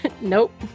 Nope